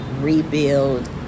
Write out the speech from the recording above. rebuild